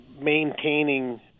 maintaining